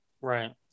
Right